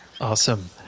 Awesome